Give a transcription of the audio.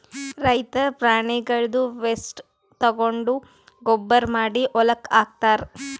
ರೈತರ್ ಪ್ರಾಣಿಗಳ್ದ್ ವೇಸ್ಟ್ ತಗೊಂಡ್ ಗೊಬ್ಬರ್ ಮಾಡಿ ಹೊಲಕ್ಕ್ ಹಾಕ್ತಾರ್